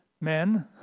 men